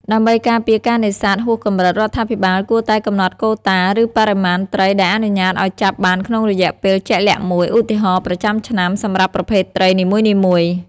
ដើម្បីការពារការនេសាទហួសកម្រិត រដ្ឋាភិបាលគួរតែកំណត់កូតា ឬបរិមាណត្រីដែលអនុញ្ញាតឲ្យចាប់បានក្នុងរយៈពេលជាក់លាក់មួយ ឧទាហរណ៍ ប្រចាំឆ្នាំ សម្រាប់ប្រភេទត្រីនីមួយៗ។